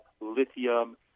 lithium